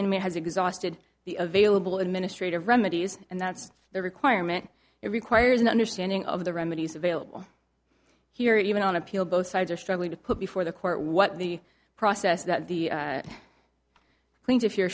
has exhausted the available administrative remedies and that's the requirement it requires an understanding of the remedies available here even on appeal both sides are struggling to put before the court what the process that the please if you